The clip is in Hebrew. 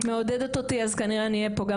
גת מגידו, מייצגת את בונות אלטרנטיבה,